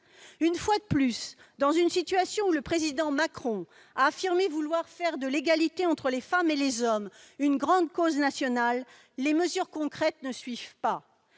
Une fois de plus, dans une situation où le président Macron a affirmé vouloir faire de l'égalité entre les femmes et les hommes une grande cause nationale, les mesures concrètes ne suivent pas.